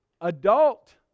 adult